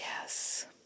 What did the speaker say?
yes